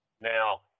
Now